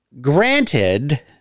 Granted